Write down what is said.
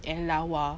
and lawa